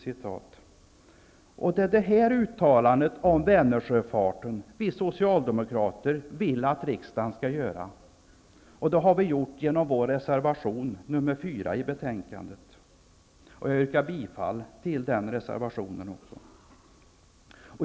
Vi socialdemokrater vill att riksdagen skall göra det här uttalandet om Vänersjöfarten. Det har vi gjort genom vår reservation nr 4 till betänkandet. Jag yrkar bifall till den reservationen.